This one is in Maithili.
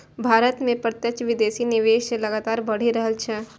भारत मे प्रत्यक्ष विदेशी निवेश लगातार बढ़ि रहल छै